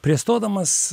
prieš stodamas